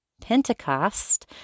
Pentecost